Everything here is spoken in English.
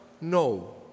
no